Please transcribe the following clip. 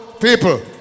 people